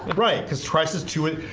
right because crisis to it,